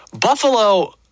Buffalo